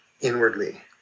inwardly